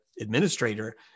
administrator